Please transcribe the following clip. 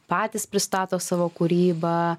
patys pristato savo kūrybą